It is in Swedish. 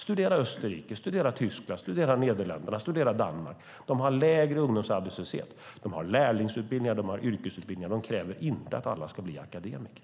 Studera Österrike, Tyskland, Nederländerna och Danmark. De har lägre ungdomsarbetslöshet. De har lärlingsutbildningar och yrkesutbildningar. De kräver inte att alla ska bli akademiker.